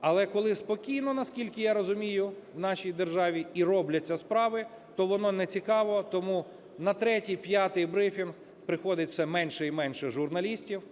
Але коли спокійно, наскільки я розумію, в нашій державі і робляться справи, то воно нецікаво. Тому на 3, 5 брифінг приходить все менше і менше журналістів.